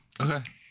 Okay